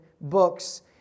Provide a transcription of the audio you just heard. books